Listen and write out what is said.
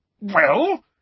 Well